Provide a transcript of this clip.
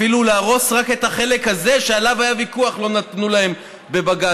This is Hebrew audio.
אפילו להרוס רק את החלק הזה שעליו היה ויכוח לא נתנו להם בבג"ץ.